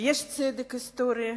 יש צדק היסטורי.